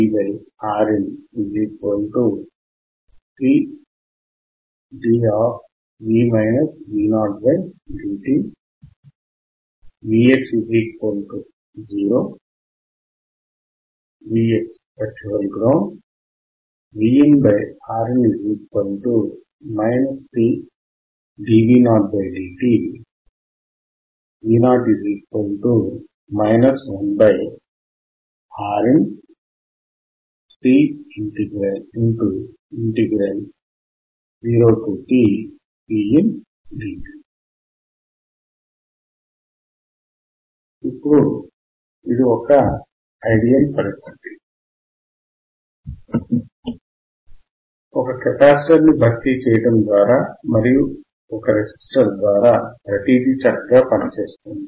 IinIf Vin VRincddt VX0 Virtual Ground VinRin cdV0dt V0 1RinC0tVin dt ఇప్పుడు ఇది ఒక ideal పరిస్థితి ఒక కెపాసిటర్ ని భర్తీ చేయటం ద్వారా మరియు ఒక రెసిస్టర్ ద్వారా ప్రతిదీ చక్కగా పనిచేస్తుంది